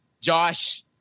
Josh